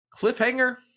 cliffhanger